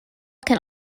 can